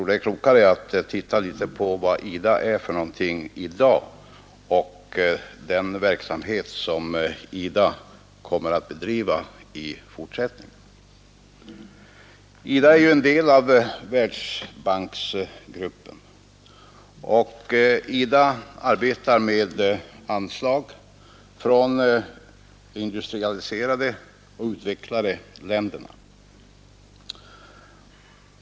Det är klokare att se på vad IDA är i dag och på den verksamhet som IDA kommer att bedriva i fortsättningen. IDA är ju en del av Världsbanksgruppen, och man arbetar med hjälp av anslag från de industrialiserade och utvecklade länderna.